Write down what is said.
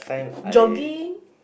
jogging